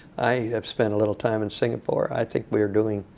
i've spent a little time in singapore. i think we're doing,